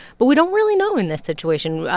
but we don't really know in this situation.